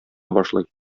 башлый